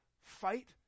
fight